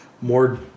more